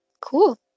Cool